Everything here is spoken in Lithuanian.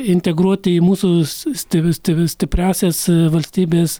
integruoti į mūsų sti sti stipriąsias valstybės